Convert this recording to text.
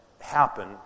happen